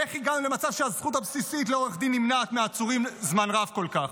איך הגענו למצב שהזכות הבסיסית לעורך דין נמנעת מהעצורים זמן רב כל כך?